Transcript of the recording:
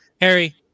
Harry